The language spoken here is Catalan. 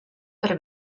per